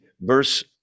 verse